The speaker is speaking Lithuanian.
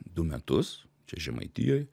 du metus čia žemaitijoj